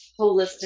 holistic